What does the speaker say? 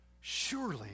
surely